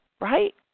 right